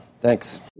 Thanks